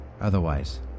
Otherwise